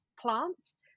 plants